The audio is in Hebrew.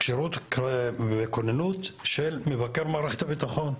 כשירות וכוננות של מבקר מערכת הביטחון,